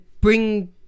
bring